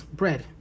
bread